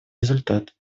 результат